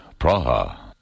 Praha